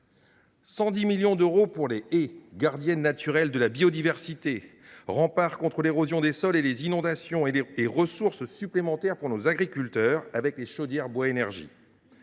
110 millions d’euros pour les haies, gardiennes naturelles de la biodiversité, remparts contre l’érosion des sols et les inondations, et ressources supplémentaires pour nos agriculteurs, avec les chaudières bois énergie